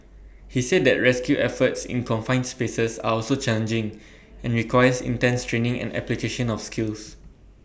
he said that rescue efforts in confined spaces are also challenging and requires intense training and application of skills